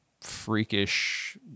freakish